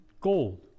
gold